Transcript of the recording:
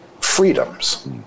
freedoms